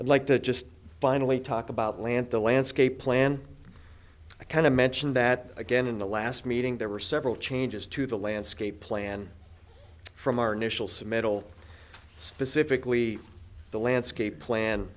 i'd like to just finally talk about land the landscape plan i kind of mentioned that again in the last meeting there were several changes to the landscape plan from our initial submittal specifically the landscape plan